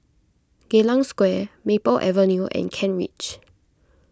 Geylang Square Maple Avenue and Kent Ridge